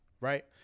right